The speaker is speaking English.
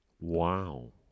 Wow